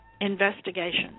Investigation